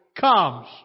comes